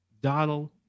Donald